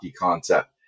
concept